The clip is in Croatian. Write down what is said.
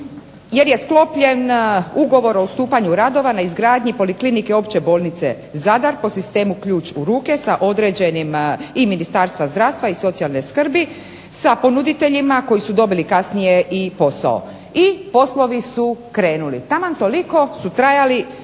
jer je sklopljen ugovor o ustupanju radova na izgradnji poliklinike Opće bolnice Zadar po sistemu ključ u ruke sa određenim i Ministarstva zdravstva i socijalne skrbi sa ponuditeljima koji su dobili kasnije i posao. I poslovi su krenuli. Taman toliko su trajali